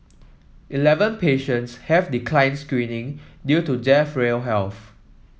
eleven patients have declined screening due to jail frail health